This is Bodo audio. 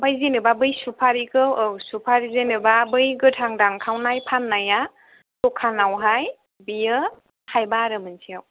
आमफ्राइ जेनेबा बै सुफारिखौ औ सुफारि जेनेबा बै गोथां दानखावनाय फाननाया दखानावहाय बेयो थायबा आरो मोनसेयाव